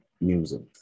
music